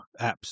apps